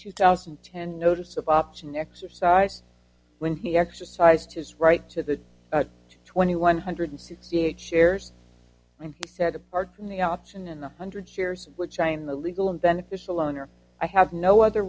two thousand and ten notice of option exercise when he exercised his right to the twenty one hundred sixty eight shares and he said apart from the option and one hundred shares which i am the legal and beneficial earner i have no other